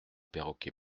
perroquet